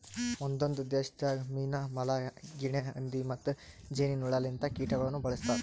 ಒಂದೊಂದು ದೇಶದಾಗ್ ಮೀನಾ, ಮೊಲ, ಗಿನೆ ಹಂದಿ ಮತ್ತ್ ಜೇನಿನ್ ಹುಳ ಲಿಂತ ಕೀಟಗೊಳನು ಬಳ್ಸತಾರ್